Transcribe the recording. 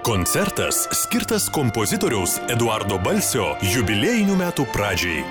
koncertas skirtas kompozitoriaus eduardo balsio jubiliejinių metų pradžiai